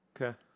Okay